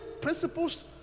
principles